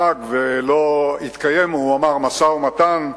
פג ולא התקיים, הוא אמר: משא-ומתן,